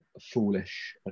foolish